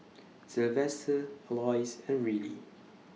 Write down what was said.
Sylvester Alois and Rillie